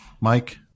Mike